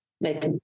make